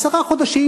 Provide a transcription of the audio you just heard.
עשרה חודשים,